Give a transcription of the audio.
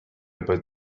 about